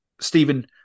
Stephen